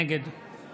נגד